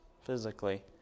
physically